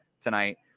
tonight